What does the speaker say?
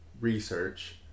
research